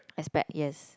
expect yes